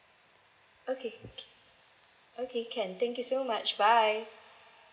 okay okay can thank you so much bye